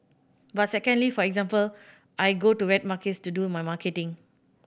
but secondly for example I go to wet markets to do my marketing